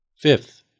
Fifth